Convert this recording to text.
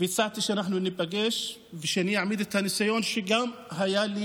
והצעתי שאנחנו ניפגש ושאני אעמיד את גם הניסיון שהיה לי